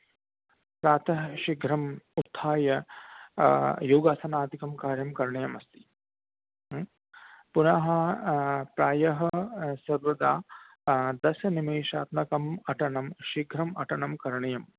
प्रातः शीघ्रम् उत्थाय योगासनादिकं कार्यं करणीयम् अस्ति पुनः प्रायः सर्वदा दशनिमेषात्मकम् अटनं शीघ्रम् अटनं करणीयं